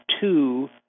two